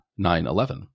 9-11